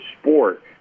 sport